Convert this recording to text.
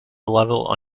level